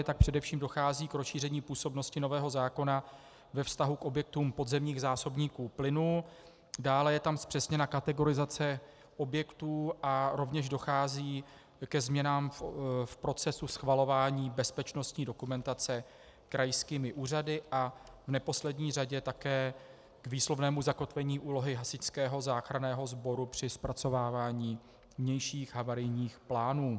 Tak především dochází k rozšíření působnosti nového zákona ve vztahu k objektům podzemních zásobníků plynu, dále je tam zpřesněna kategorizace objektů a rovněž dochází ke změnám v procesu schvalování bezpečnostní dokumentace krajskými úřady a v neposlední řadě také k výslovnému zakotvení úlohy Hasičského záchranného sboru při zpracovávání vnějších havarijních plánů.